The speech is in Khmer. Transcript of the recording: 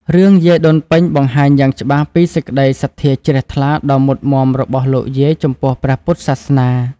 រឿងយាយដូនពេញបង្ហាញយ៉ាងច្បាស់ពីសេចក្តីសទ្ធាជ្រះថ្លាដ៏មុតមាំរបស់លោកយាយចំពោះព្រះពុទ្ធសាសនា។